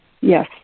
Yes